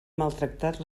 maltractat